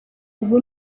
ubu